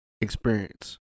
experience